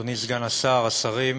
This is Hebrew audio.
אדוני סגן השר, השרים,